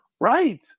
Right